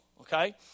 Okay